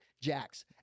jacks